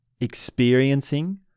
experiencing